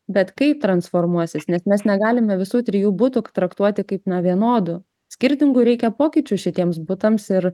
bet kai transformuosis nes mes negalime visų trijų butų traktuoti kaip na vienodų skirtingų reikia pokyčių šitiems butams ir